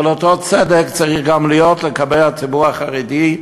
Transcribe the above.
אבל, אותו צדק צריך גם להיות לגבי הציבור החרדי,